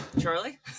Charlie